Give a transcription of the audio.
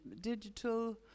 digital